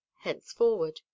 henceforward